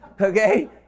Okay